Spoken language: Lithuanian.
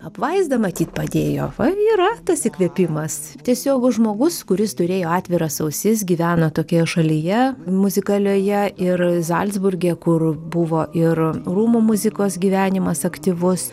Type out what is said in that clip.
apvaizda matyt padėjo va yra tas įkvėpimas tiesiog žmogus kuris turėjo atviras ausis gyveno tokioje šalyje muzikalioje ir zalcburge kur buvo ir rūmų muzikos gyvenimas aktyvus